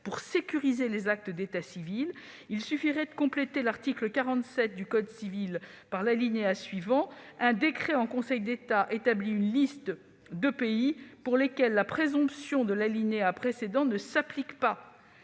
pour sécuriser les actes d'état civil ? Il suffirait de compléter l'article 47 du code civil par l'alinéa suivant :« Un décret en Conseil d'État établit une liste de pays pour lesquels la présomption de l'alinéa précédent ne s'applique pas.